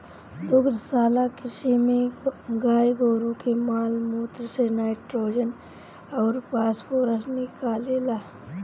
दुग्धशाला कृषि में गाई गोरु के माल मूत्र से नाइट्रोजन अउर फॉस्फोरस निकलेला